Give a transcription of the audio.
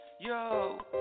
yo